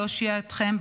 להושיע אתכם'.